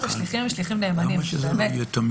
השאלה מה הפתרון,